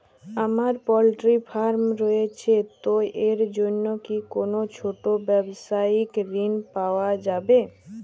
আমার poultry farm রয়েছে তো এর জন্য কি কোনো ছোটো ব্যাবসায়িক ঋণ পাওয়া যাবে?